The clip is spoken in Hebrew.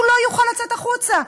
הוא לא יוכל לצאת החוצה.